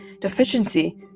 deficiency